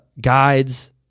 guides